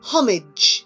Homage